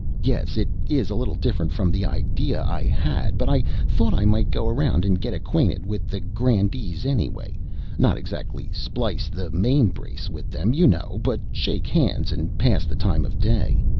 yes it is a little different from the idea i had but i thought i might go around and get acquainted with the grandees, anyway not exactly splice the main-brace with them, you know, but shake hands and pass the time of day.